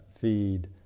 feed